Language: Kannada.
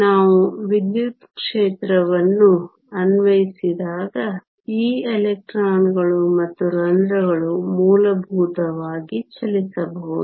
ನಾವು ವಿದ್ಯುತ್ ಕ್ಷೇತ್ರವನ್ನು ಅನ್ವಯಿಸಿದಾಗ ಈ ಎಲೆಕ್ಟ್ರಾನ್ಗಳು ಮತ್ತು ರಂಧ್ರಗಳು ಮೂಲಭೂತವಾಗಿ ಚಲಿಸಬಹುದು